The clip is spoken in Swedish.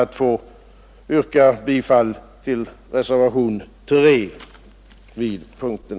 Jag ber att yrka bifall till reservationen A 3 vid punkten «